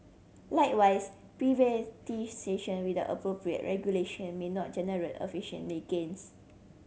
likewise privatisation without appropriate regulation may not generate efficiently gains